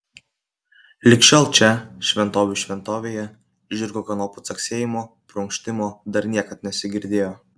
lig šiol čia šventovių šventovėje žirgo kanopų caksėjimo prunkštimo dar niekad nesigirdėjo